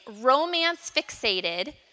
romance-fixated